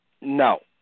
No